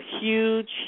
huge